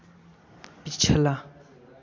पिछला